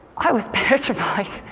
i was petrified.